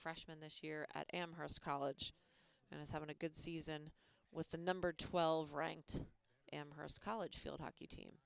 freshman this year at amherst college and is having a good season with the number twelve ranked amhurst college field hockey team